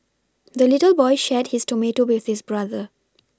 the little boy shared his tomato with his brother